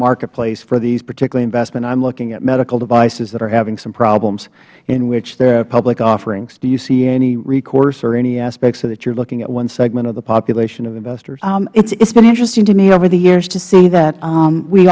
marketplace for these particular investments i'm looking at medical devices that are having some problems in which there are public offerings do you see any recourse or any aspect so that you're looking at one segment of the population of investors ms schapiro it's been interesting to me over the years to see that